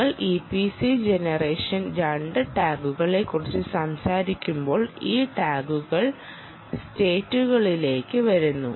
നിങ്ങൾ EPC gen 2 ടാഗുകളെക്കുറിച്ച് സംസാരിക്കുമ്പോൾ ഈ ടാഗുകൾ സ്റ്റേറ്റുകളിലേക്ക് വരുന്നു